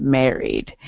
married